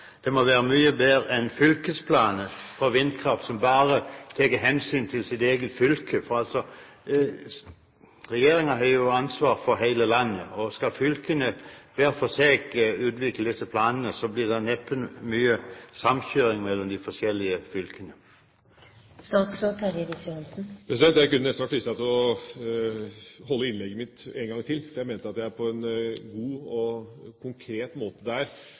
vindkraftplan må være mye bedre enn fylkesplaner for vindkraft, som bare tar hensyn til eget fylke? Regjeringen har jo ansvar for hele landet, og skal fylkene hver for seg utvikle disse planene, blir det neppe mye samkjøring mellom de forskjellige fylkene. Jeg kunne nesten være fristet til å holde innlegget mitt én gang til. Jeg mener at jeg der på en god og konkret måte